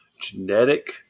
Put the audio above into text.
genetic